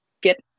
get